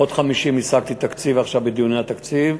לעוד 50 השגתי תקציב עכשיו בדיוני התקציב,